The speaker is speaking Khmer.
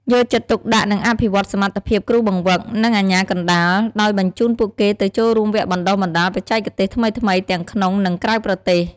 យកចិត្តទុកដាក់និងអភិវឌ្ឍសមត្ថភាពគ្រូបង្វឹក និងអាជ្ញាកណ្តាល ដោយបញ្ជូនពួកគេទៅចូលរួមវគ្គបណ្តុះបណ្តាលបច្ចេកទេសថ្មីៗទាំងក្នុង និងក្រៅប្រទេស ។